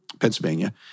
Pennsylvania